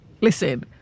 Listen